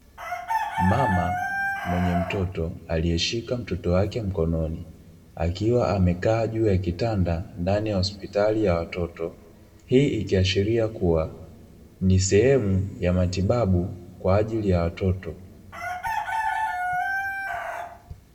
Mama mwenye mtoto aliyeshika mtoto wake mkononi, akiwa amekaa juu ya kitanda ndani ya hospitali ya watoto, hii ikiashiria kuwa, ni sehemu ya matibabu kwa ajili ya watoto.